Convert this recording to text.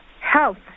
health